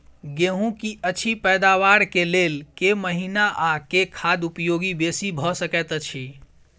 गेंहूँ की अछि पैदावार केँ लेल केँ महीना आ केँ खाद उपयोगी बेसी भऽ सकैत अछि?